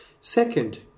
Second